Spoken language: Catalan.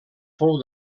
fou